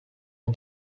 aux